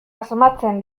asmatzen